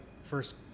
first